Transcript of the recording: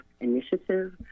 initiative